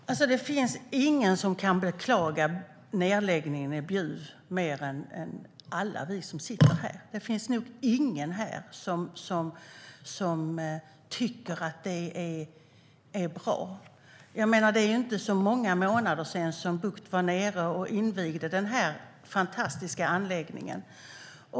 Herr talman! Det finns ingen som kan beklaga nedläggningen i Bjuv mer än alla vi som sitter här. Det finns nog ingen här som tycker att detta är bra. Det är inte så många månader sedan Bucht var nere och invigde denna fantastiska anläggning.